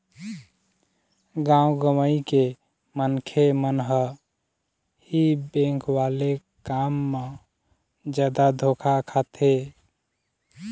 गाँव गंवई के मनखे मन ह ही बेंक वाले काम म जादा धोखा खाथे